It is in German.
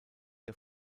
der